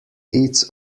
its